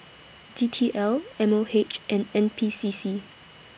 D T L M O H and N P C C